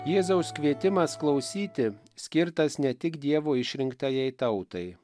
jėzaus kvietimas klausyti skirtas ne tik dievo išrinktajai tautai